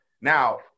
Now